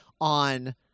on